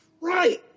Right